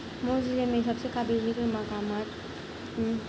مئو ضلعے میں سب سے قابل ذکر مقامات